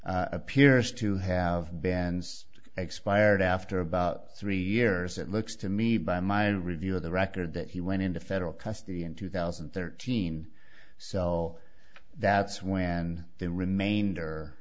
state appears to have been expired after about three years it looks to me by my review of the record that he went into federal custody in two thousand and thirteen so that's when the remainder